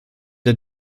der